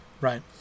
Right